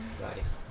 nice